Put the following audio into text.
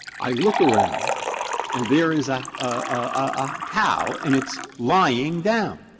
i look around and there is a a cow and it's lying down,